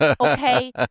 Okay